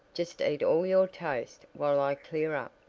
just eat all your toast while i clear up.